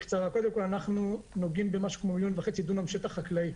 אנחנו נוגעים במשהו כמו 1.5 מיליון דונם שטח חקלאי,